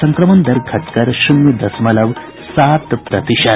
संक्रमण दर घटकर शून्य दशमलव सात प्रतिशत